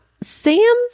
Sam